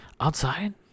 outside